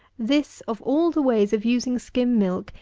this, of all the ways of using skim milk,